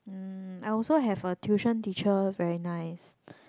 um I also have a tuition teacher very nice